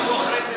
כפולה.